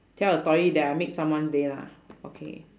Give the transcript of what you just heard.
tell a story that I make someone's day lah okay